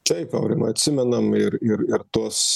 taip aurimai atsimenam ir ir ir tuos